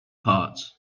parts